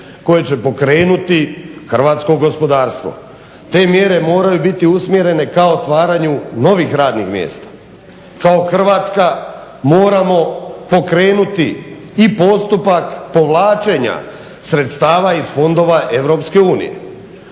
koje će pokrenuti hrvatsko gospodarstvo. Te mjere moraju biti usmjerene ka otvaranju novih radnih mjesta. Kao Hrvatska moramo pokrenuti i postupak povlačenja sredstava iz Europske